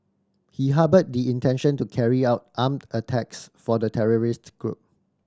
he harboured the intention to carry out armed attacks for the terrorist group